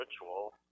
ritual